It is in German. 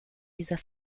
dieser